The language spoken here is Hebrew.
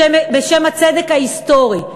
בשם הצדק ההיסטורי,